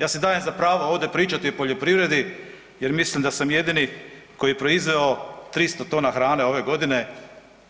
Ja si dajem za pravo ovdje pričati o poljoprivredi jer mislim da sam jedini koji je proizveo 300 tona hrane ove godine,